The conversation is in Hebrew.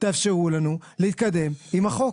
בסוף צריך שהחלומות יפגשו את המציאות.